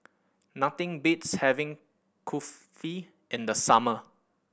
nothing beats having Kulfi in the summer